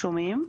שומעים?